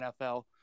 NFL